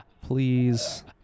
Please